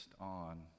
on